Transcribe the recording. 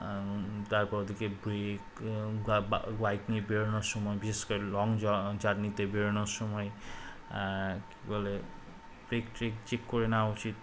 তারপর ওদিকে ব্রেক বা বাইক নিয়ে বেরোনোর সময় বিশেষ করে লং জ জার্নিতে বেরোনোর সময় কী বলে ব্রেক ট্রেক চেক করে নেওয়া উচিত